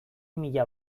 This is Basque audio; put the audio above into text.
mila